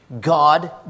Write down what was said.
God